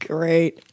Great